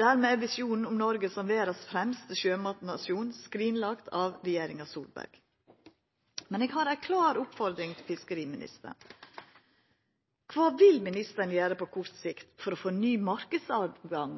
Dermed er visjonen om Noreg som verdas fremste sjømatnasjon skrinlagd av regjeringa Solberg. Men eg har ei klar oppfordring til fiskeriministeren. Kva vil ministeren gjera på kort sikt for å få ny marknadstilgang